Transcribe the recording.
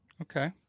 Okay